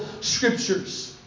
scriptures